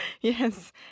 Yes